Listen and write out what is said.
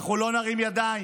אנחנו לא נרים ידיים.